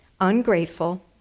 ungrateful